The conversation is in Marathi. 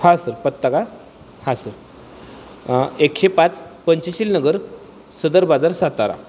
हां सर पत्ता का हा सर एकशे पाच पंचशीलनगर सदर बाजार सातारा